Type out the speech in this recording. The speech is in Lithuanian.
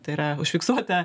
tai yra užfiksuota